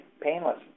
painless